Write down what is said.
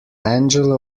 angela